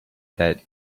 that